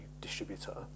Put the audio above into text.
distributor